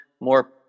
more